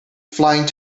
flying